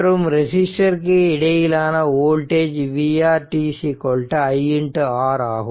மற்றும் ரெசிஸ்டருக்கு இடையிலான voltage vR t i R ஆகும்